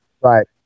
Right